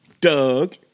Doug